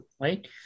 right